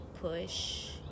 push